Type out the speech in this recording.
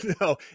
no